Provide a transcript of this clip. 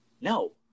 No